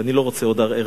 ואני לא רוצה עוד הר-הרצל.